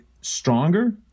stronger